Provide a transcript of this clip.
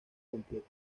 completa